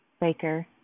Baker